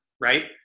right